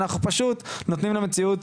אנחנו פשוט נותנים למציאות